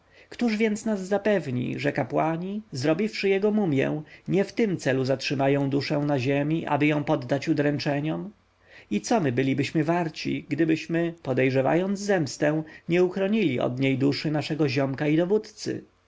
któż więc nas zapewni że kapłani zrobiwszy jego mumję nie w tym celu zatrzymają duszę na ziemi aby ją poddać udręczeniom i co my bylibyśmy warci gdybyśmy podejrzewając zemstę nie uchronili od niej duszy naszego ziomka i dowódcy